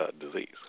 disease